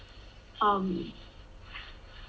um